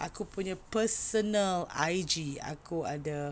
aku nya personal I_G aku ada